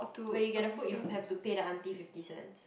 where you get the food you have to pay the Char-Kway-Teow fifty cents